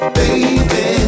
baby